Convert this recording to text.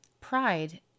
pride